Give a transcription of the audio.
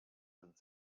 sind